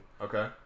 Okay